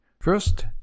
First